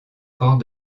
camp